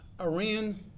Iran